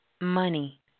money